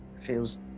feels